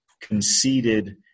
conceded